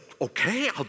okay